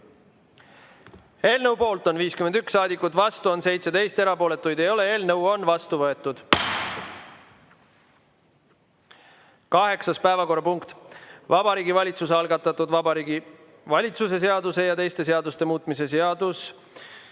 Eelnõu poolt on 51 saadikut, vastu 17, erapooletuid ei ole. Eelnõu on vastu võetud. Kaheksas päevakorrapunkt: Vabariigi Valitsuse algatatud Vabariigi Valitsuse seaduse ja teiste seaduste muutmise seaduse